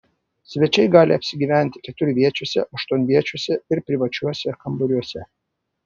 svečiai gali apsigyventi keturviečiuose aštuonviečiuose ir privačiuose kambariuose